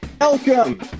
Welcome